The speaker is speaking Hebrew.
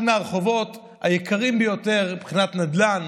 זה אחד מהרחובות היקרים ביותר מבחינת נדל"ן.